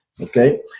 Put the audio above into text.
Okay